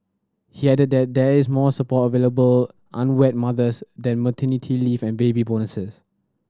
he added that there is more support available unwed mothers than maternity leave and baby bonuses